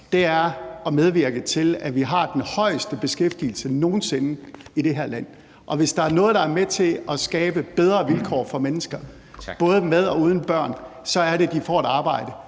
er at medvirke til, at der er den højeste beskæftigelse nogen sinde i det her land. Og hvis der er noget, der er med til at skabe bedre vilkår for mennesker, både med og uden børn, så er det, at de får et arbejde